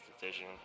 decision